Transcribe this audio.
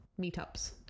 meetups